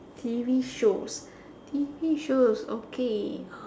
T_V shows T_V shows okay